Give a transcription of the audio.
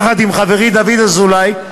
יחד עם חברי דוד אזולאי,